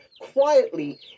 quietly